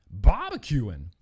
barbecuing